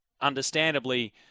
understandably